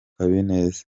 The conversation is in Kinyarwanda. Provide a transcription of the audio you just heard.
habineza